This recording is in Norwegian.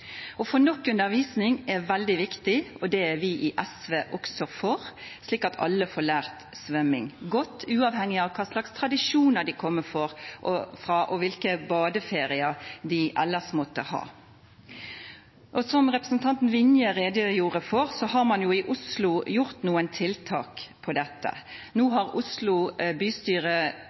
nok undervisning er veldig viktig, og det er vi i SV også for, slik at alle får lært å svømme godt uavhengig av hva slags tradisjon de kommer fra, og hvilke badeferier de ellers måtte ha. Som representanten Vinje redegjorde for, har man i Oslo gjort noen tiltak på dette. Nå har Oslo bystyre